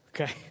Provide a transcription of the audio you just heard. Okay